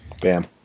Bam